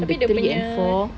abeh dia punya